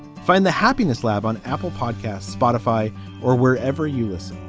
find the happiness lab on apple podcasts, spotify or wherever you listen.